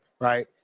right